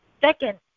Second